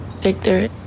Victor